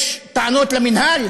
יש טענות למינהל?